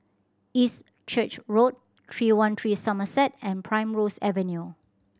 East Church Road Three One Three Somerset and Primrose Avenue